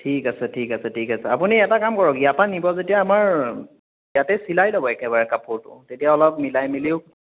ঠিক আছে ঠিক আছে ঠিক আছে আপুনি এটা কাম কৰক ইয়াৰ পৰা নিব যেতিয়া আমাৰ ইয়াতে চিলাই ল'ব একেবাৰে কাপোৰটো তেতিয়া অলপ মিলাই মেলিও